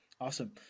Awesome